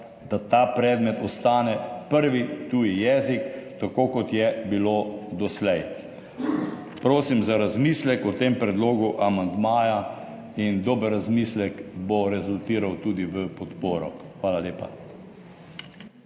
da ta predmet ostane prvi tuji jezik, tako kot je bilo doslej. Prosim za razmislek o tem predlogu amandmaja. Dober razmislek bo rezultiral tudi v podporo. Hvala lepa.